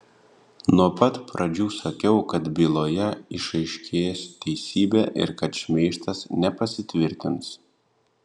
nuo pat pradžių sakiau kad byloje išaiškės teisybė ir kad šmeižtas nepasitvirtins